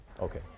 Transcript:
Okay